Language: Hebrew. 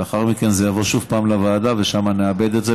לאחר מכן זה יבוא שוב לוועדה ושם נעבד את זה.